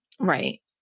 Right